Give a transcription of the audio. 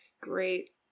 Great